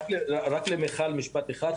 משפט אחד,